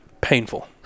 Painful